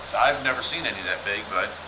i've never seen any that big but,